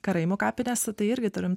karaimų kapinėse tai irgi turim